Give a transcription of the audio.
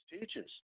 teaches